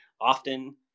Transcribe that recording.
often